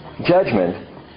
judgment